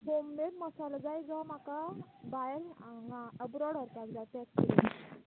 homemade मसालो जाय जो म्हाका भायर हांगा अब्रॉड व्हरपाक जाय पॅक करून